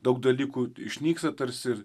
daug dalykų išnyksta tarsi ir